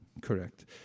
Correct